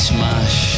Smash